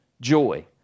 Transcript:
joy